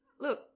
Look